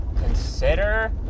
consider